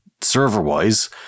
server-wise